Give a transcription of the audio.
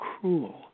cruel